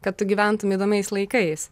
kad tu gyventum įdomiais laikais